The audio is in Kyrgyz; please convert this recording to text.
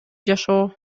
жашоо